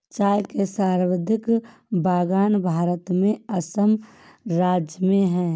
चाय के सर्वाधिक बगान भारत में असम राज्य में है